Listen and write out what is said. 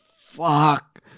fuck